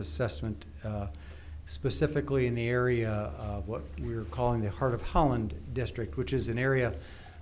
assessment specifically in the area of what we're calling the heart of holland district which is an area